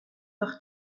leur